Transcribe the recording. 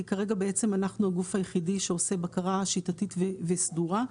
כי כרגע בעצם אנחנו הגוף היחידי שעושה בקרה שיטתית וסדורה,